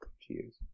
Cheers